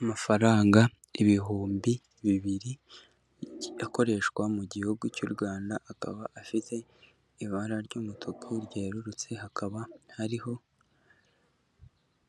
Amafaranga ibihumbi bibiri akoreshwa mu gihugu cy'u Rwanda akaba afite ibara ry'umutuku ryerurutse, hakaba hariho